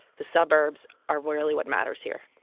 the suburbs are really what matters here?